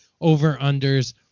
over-unders